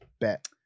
Bet